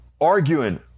arguing